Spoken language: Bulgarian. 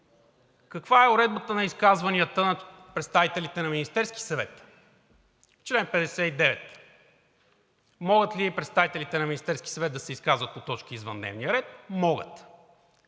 Каква е уредбата на изказванията на представителите на Министерския съвет? Член 59. Могат ли представителите на Министерския съвет да се изказват по точки извън дневния ред? Могат.